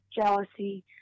jealousy